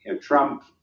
Trump